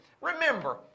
remember